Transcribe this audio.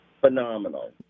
Phenomenal